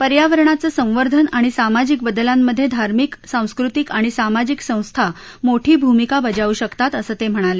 पर्यावरणाचं संवर्धन आणि सामाजिक बदलांमध्ये धार्मिक सांस्कृतिक आणि सामाजिक संस्था मोठी भूमिका बजावू शकतात असं ते म्हणाले